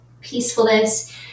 peacefulness